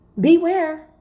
Beware